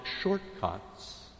shortcuts